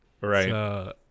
Right